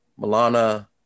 Milana